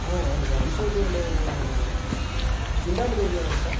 ஆ ஆமாம் சார் அம்சவள்ளி நம்ம சிந்தாமணி ஏரியா தானே சார்